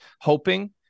hoping